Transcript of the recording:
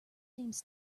seems